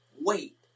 wait